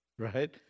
right